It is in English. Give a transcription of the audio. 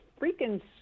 freaking